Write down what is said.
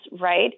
right